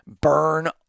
burn